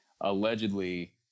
allegedly